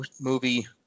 movie